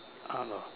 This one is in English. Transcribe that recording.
art lor